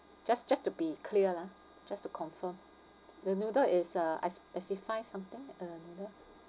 just just to be clear lah just to confirm the noodle is a I specify something a noodle